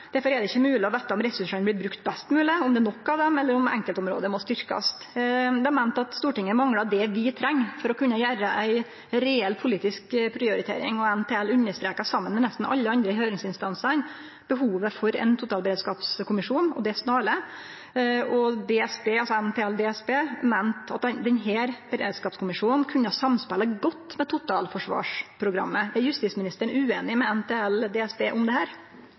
Derfor er det ikkje mogleg å vite om ressursane blir bruka best mogleg, om det er nok av dei, eller om enkeltområde må styrkjast. NTL DSB meinte at Stortinget manglar det vi treng for å kunne gjere ei reell politisk prioritering, og dei understreka saman med nesten alle dei andre høyringsinstansane behovet for ein totalberedskapskommisjon, og det snarleg. NTL DSB meinte at denne beredskapskommisjonen kunne ha samspela godt med totalforsvarsprogrammet. Er justisministeren ueinig med NTL DSB om dette? Igjen: Jeg avviser ikke at det